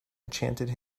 enchanted